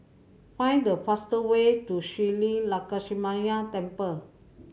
find the fastest way to Shree Lakshminarayanan Temple